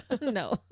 No